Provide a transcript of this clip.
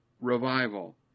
revival